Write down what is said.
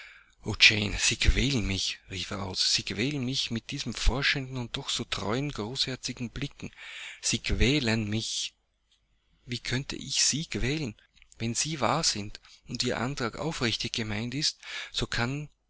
sie quälen mich rief er aus sie quälen mich mit diesen forschenden und doch so treuen großherzigen blicken sie quälen mich wie könnte ich sie quälen wenn sie wahr sind und ihr antrag aufrichtig gemeint ist so kann